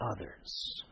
others